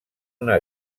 una